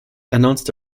announced